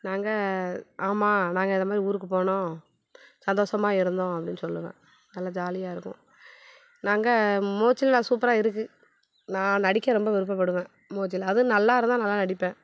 நாங்கள் ஆமாம் நாங்கள் இது மாரி ஊருக்கு போனோம் சந்தோஷமாக இருந்தோம் அப்படின்னு சொல்லுவேன் நல்ல ஜாலியாக இருக்கும் நாங்கள் மோஜிலாம் சூப்பராக இருக்குது நான் நடிக்க ரொம்ப விருப்பப்படுவேன் மோஜியில் அதுவும் நல்லா இருந்தால் நல்லா நடிப்பேன்